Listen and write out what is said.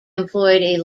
employed